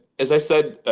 as i said,